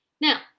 Now